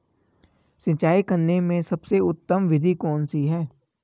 सिंचाई करने में सबसे उत्तम विधि कौन सी है?